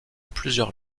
plusieurs